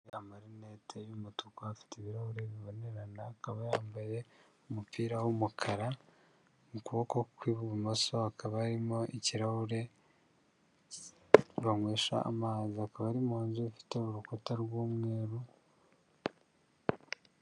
Umugore wambaye amarinete y'umutuku afite ibirahuri bibonerana, akaba yambaye umupira w'umukara, mu kuboko kw'ibumoso hakaba harimo ikirahure banywesha amazi, akaba ari mu nzu ifite urukuta rw'umweru.